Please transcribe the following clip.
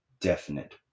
definite